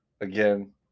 again